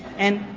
and,